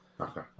Okay